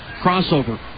crossover